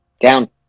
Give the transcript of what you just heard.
Down